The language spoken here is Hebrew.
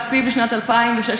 התקציב לשנת 2016,